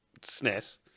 SNES